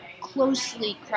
closely